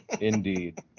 Indeed